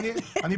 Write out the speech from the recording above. מי נגד, מי